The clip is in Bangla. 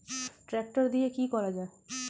ট্রাক্টর দিয়ে কি করা যায়?